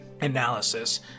analysis